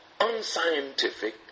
unscientific